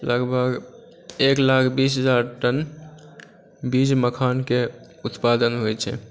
लगभग एक लाख बीस हजार टन बीज मखानके उत्पादन होइ छै